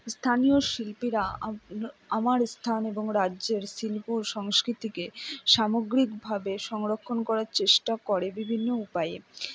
স্থানীয় শিল্পীরা আমার স্থান এবং রাজ্যের শিল্প ও সংস্কৃতিকে সামগ্রিকভাবে সংরক্ষণ করার চেষ্টা করে বিভিন্ন উপায়ে